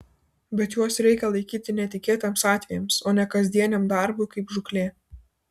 bet juos reikia laikyti netikėtiems atvejams o ne kasdieniam darbui kaip žūklė